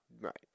Right